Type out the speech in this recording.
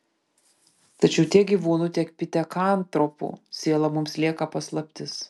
tačiau tiek gyvūnų tiek pitekantropų siela mums lieka paslaptis